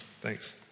Thanks